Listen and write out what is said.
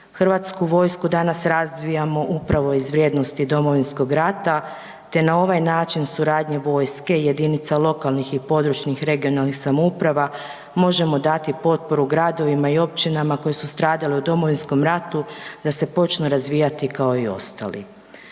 Hrvatsku vojsku danas razvijamo upravo iz vrijednosti Domovinskog rata te na ovaj način suradnju vojske i jedinica lokalnih i područnih (regionalnih) samouprava možemo dati potporu gradovima i općinama koji su stradali u Domovinskom ratu da se počnu razvijati kao i ostali.